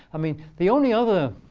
i mean the only other